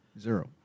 zero